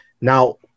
now